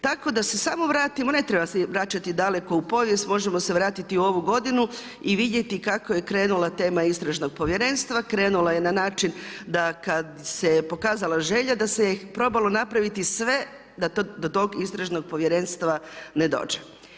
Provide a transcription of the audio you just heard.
Tako da se samo vratimo, ne trebamo se vraćati daleko u povijest, možemo se vratiti u ovu godinu i vidjeti kako je krenula tema Istražnog povjerenstva, krenula je na način, da kad se pokazala želja da se je probalo napraviti sve, da do tog istražnog povjerenstva ne dođe.